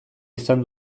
izan